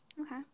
Okay